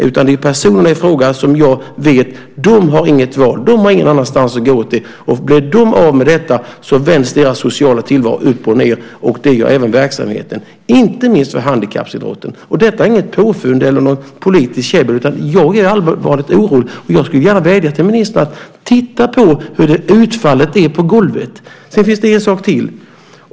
Det gäller personerna i fråga som jag vet inte har något val. De har ingen annanstans att gå. Om de blir av med detta så vänds deras sociala tillvaro upp och ned. Det gör även verksamheten, inte minst för handikappidrotten. Detta är inget påfund eller något politiskt käbbel. Jag är allvarligt orolig, och jag skulle gärna vilja vädja till ministern att titta på hur utfallet blir på golvet. Det finns en sak till.